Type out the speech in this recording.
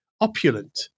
opulent